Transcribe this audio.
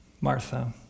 Martha